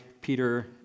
Peter